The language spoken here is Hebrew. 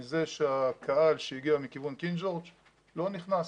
מזה שהקהל שהגיע מכיוון קינג ג'ורג' לא נכנס.